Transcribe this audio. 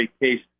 case